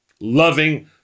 loving